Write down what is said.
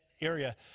area